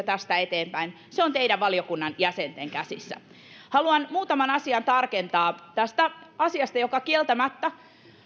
tästä eteenpäin on teidän valiokunnan jäsenten käsissä haluan muutaman asian tarkentaa tästä asiasta joka kieltämättä